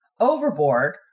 overboard